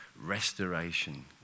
restoration